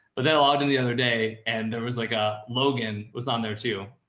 but then allowed them the other day. and there was like a logan was on there too.